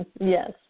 Yes